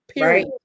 right